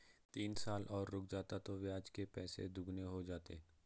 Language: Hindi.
तीन साल और रुक जाता तो ब्याज के पैसे दोगुने हो जाते